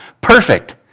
perfect